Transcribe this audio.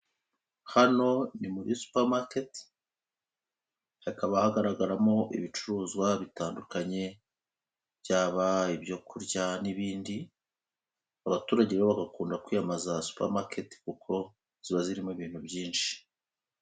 Hano ni muri supermarket, hakaba hagaragaramo ibicuruzwa bitandukanye byaba ibyo kurya n'ibindi, abaturage rero bagakunda kwiyambaza supermarket kuko ziba zirimo ibintu byinshi.